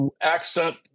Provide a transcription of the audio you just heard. accent